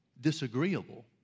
disagreeable